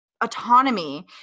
autonomy